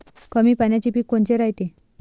कमी पाण्याचे पीक कोनचे रायते?